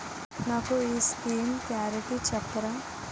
నాకు ఈ schemes guarantee చెప్తారా?